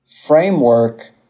framework